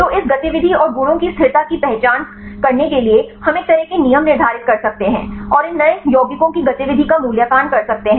तो इस गतिविधि और गुणों की स्थिरता की पहचान करने के लिए हम एक तरह के नियम निर्धारित कर सकते हैं और इन नए यौगिकों की गतिविधि का मूल्यांकन कर सकते हैं